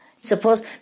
Suppose